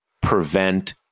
prevent